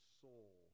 soul